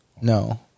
No